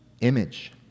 image